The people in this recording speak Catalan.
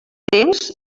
temps